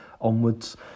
onwards